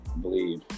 believe